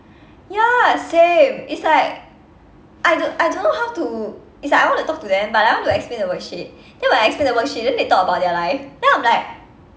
ya same it's like I don't I don't know how to it's like I want to talk to them but I want to explain the worksheet then when I explain the worksheet then they talk about their life then I'm like